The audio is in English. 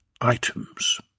items